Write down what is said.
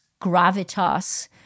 Gravitas